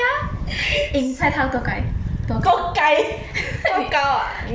eh 你猜他多高多高多高